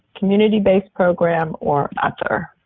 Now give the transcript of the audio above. community-based program or other.